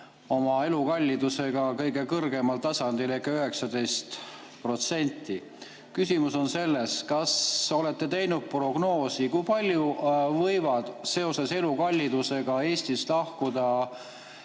oma elukallidusega kõige kõrgemal tasandil, 19%. Küsimus on selles, kas olete teinud prognoosi, kui palju võib seoses elukallidusega Eestist lahkuda